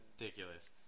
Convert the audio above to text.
ridiculous